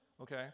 Okay